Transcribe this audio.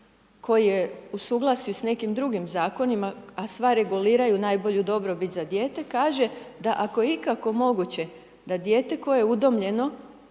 koji je u suglasju s nekim drugim Zakonima, a sva reguliraju najbolju dobrobit za dijete, kaže da ako je ikako moguće, da dijete koje je udomljeno,